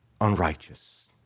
unrighteous